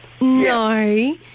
No